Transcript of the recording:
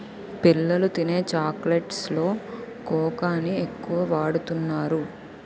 పిల్లలు తినే చాక్లెట్స్ లో కోకాని ఎక్కువ వాడుతున్నారు